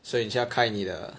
所以你就要开你的